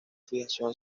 fijación